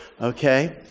Okay